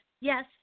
Yes